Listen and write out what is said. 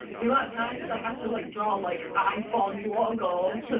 the amount of times i have to like draw like iphone logos and